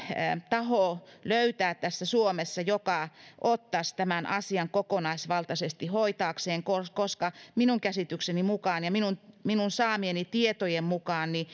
taho löytää suomessa joka ottaisi tämän asian kokonaisvaltaisesti hoitaakseen koska minun käsitykseni mukaan ja minun minun saamieni tietojen mukaan